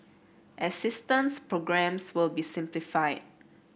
assistance programmes will be simplified